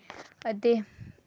ते